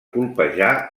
colpejar